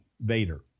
Vader